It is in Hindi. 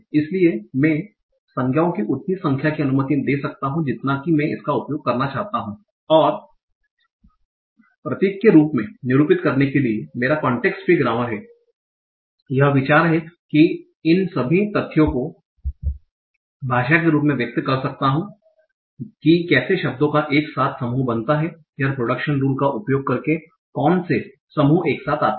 इसलिए मैं संज्ञाओं की उतनी संख्या की अनुमति दे सकता हूं जितना कि मैं इसका उपयोग करना चाहता हूं और प्रतीक के रूप में निरूपित करने के लिए मेरा कांटेक्स्ट फ्री ग्रामर है यह विचार है कि मैं इन सभी तथ्यों को भाषा के बारे में व्यक्त कर सकता हूं कि कैसे शब्दो का एक साथ समूह बनता हैं यह प्रोडक्शन रूल्स का उपयोग करके कोंन से समूह एक साथ आते हैं